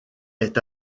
est